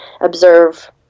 observe